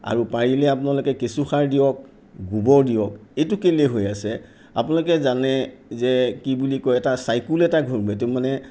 আৰু পাৰিলে আপোনালোকে কেঁচুসাৰ দিয়ক গোবৰ দিয়ক এইটো কেলৈ হৈ আছে আপোনালোকে জানে যে কি বুলি কয় এটা চাইকোল এটা ঘূ এইটো মানে